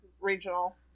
regional